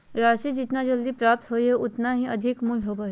राशि जितना जल्दी प्राप्त होबो हइ उतना ही अधिक मूल्य के होबो हइ